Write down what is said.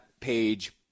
page